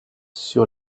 sur